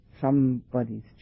somebody's